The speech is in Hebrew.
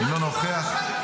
אינו נוכח.